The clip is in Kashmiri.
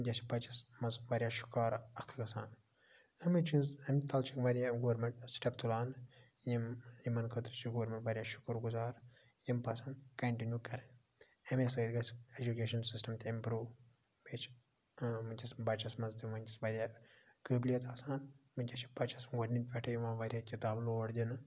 ونکیٚس چھِ بَچَس مَنٛز واریاہ شِکار اَتھ گَژھان امے چھ امہِ تَلہ چھ واریاہ گورمنٹ سٹیٚپ تُلان یِم یِمَن خٲطرٕ چھِ گورمنٹ واریاہ شُکُر گُزار یِم پَزَن کَنٹِنیو کَرٕنۍ امے سۭتۍ گَژھِ ایٚجُکیشَن سِسٹَم تہِ اِمپروٗو بیٚیہِ چھِ ونکیٚس بَچَس مَنٛز تہِ ونکٮ۪س واریاہ قٲبلیت آسان ونکیٚس چھ بَچَس گۄڈنِک پیٚٹھے یِوان واریاہ کِتاب لوڑ دٕنہٕ